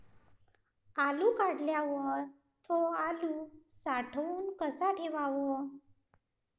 आलू काढल्यावर थो आलू साठवून कसा ठेवाव?